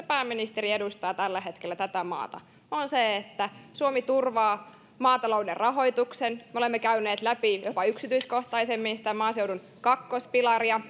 pääministeri edustaa tällä hetkellä tätä maata on se että suomi turvaa maatalouden rahoituksen me olemme käyneet läpi jopa yksityiskohtaisemmin sitä maaseudun kakkospilaria